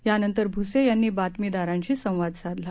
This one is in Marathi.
यानंतर भुसे यांनी बातमीदारांशी संवाद साधला